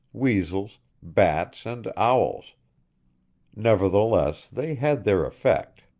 weasels, bats, and owls nevertheless, they had their effect.